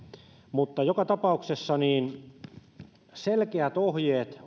mutta joka tapauksessa selkeät ohjeet